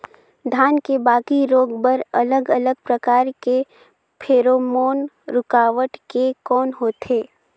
धान के बाकी रोग बर अलग अलग प्रकार के फेरोमोन रूकावट के कौन होथे?